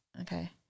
Okay